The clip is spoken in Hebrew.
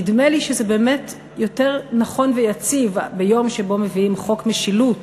נדמה לי שזה באמת יותר נכון ויציב ביום שבו מביאים חוק משילות